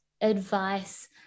advice